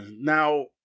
now